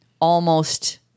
almost-